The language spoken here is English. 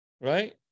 Right